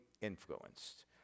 influenced